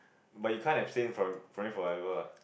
but you can't abstain from from it forever ah